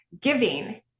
giving